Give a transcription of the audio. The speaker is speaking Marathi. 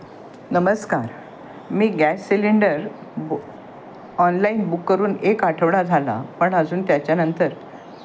नमस्कार मी गॅस सिलेंडर बु ऑनलाईन बुक करून एक आठवडा झाला पण अजून त्याच्यानंतर